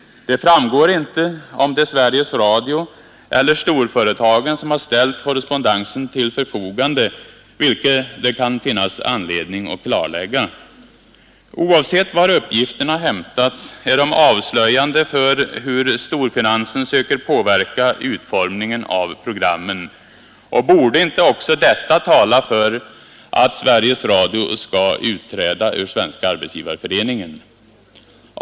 Det framgår inte om det är Sveriges Radio eller storföretagen som ställt korrespondensen till förfogande, vilket det kan finnas anledning att klarlägga. Oavsett var uppgifterna hämtats är de avslöjande för hur storfinansen söker påverka utformningen av programmen. Borde inte också detta tala för att Sveriges Radio skall utträda ur Svenska arbetsgivareföreningen?